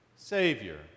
Savior